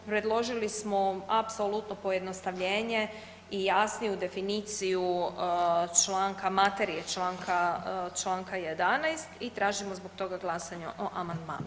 Predložili smo apsolutno pojednostavljenje i jasniju definiciju članka materije članka 11. i tražimo zbog toga glasanje o amandmanu.